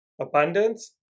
Abundance